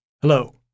Hello